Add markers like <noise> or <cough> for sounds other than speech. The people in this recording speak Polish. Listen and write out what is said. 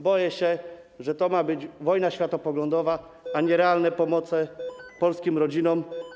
Boję się, że to ma być wojna światopoglądowa, a nie realna <noise> pomoc polskim rodzinom.